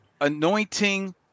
anointing